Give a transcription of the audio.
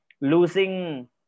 losing